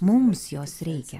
mums jos reikia